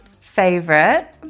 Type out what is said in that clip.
Favorite